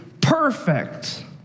perfect